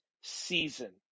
season